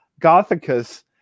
Gothicus